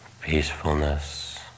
peacefulness